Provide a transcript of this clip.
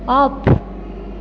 of